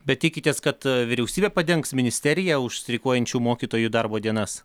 bet tikitės kad vyriausybė padengs ministerija už streikuojančių mokytojų darbo dienas